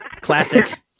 Classic